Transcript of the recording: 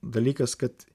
dalykas kad